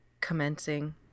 commencing